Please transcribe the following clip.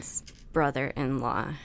brother-in-law